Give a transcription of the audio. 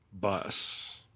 bus